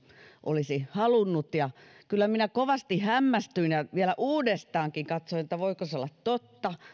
olisi halunnut kyllä minä kovasti hämmästyin ja vielä uudestaankin katsoin että voiko se olla totta